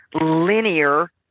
linear